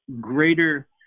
greater